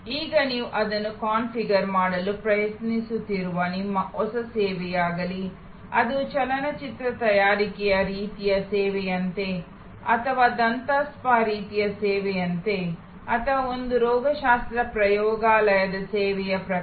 ಈಗ ನೀವು ಅದನ್ನು ಸಂರಚನೆ ಮಾಡಲು ಪ್ರಯತ್ನಿಸುತ್ತಿರುವ ನಿಮ್ಮ ಹೊಸ ಸೇವೆಯಾಗಲಿ ಅದು ಚಲನಚಿತ್ರ ತಯಾರಿಕೆಯ ರೀತಿಯ ಸೇವೆಯಂತೆ ಅಥವಾ ದಂತ ಸ್ಪಾ ರೀತಿಯ ಸೇವೆಯಂತೆ ಅಥವಾ ಒಂದು ರೋಗಶಾಸ್ತ್ರ ಪ್ರಯೋಗಾಲಯದ ಸೇವೆಯ ಪ್ರಕಾರ